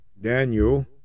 Daniel